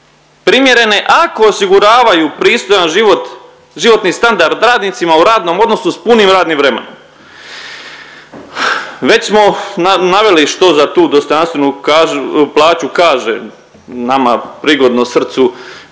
primjerene ako osiguravaju pristojan život, životni standard radnicima u radnom odnosu s punim radnim vremenom. Već smo naveli što za tu dostojanstvenu plaću kaže nama prigodno srcu,